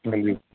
ਨਹੀਂ ਨਹੀਂ